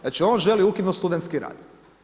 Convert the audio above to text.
Znači, on želi ukinuti studentski rad.